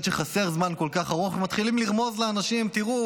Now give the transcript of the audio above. שחסר זמן כל כך ארוך ומתחילים לרמוז לאנשים: תראו,